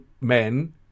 men